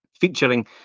Featuring